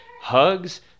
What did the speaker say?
hugs